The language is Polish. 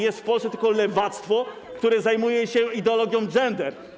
Jest w Polsce tylko lewactwo, które zajmuje się ideologią gender.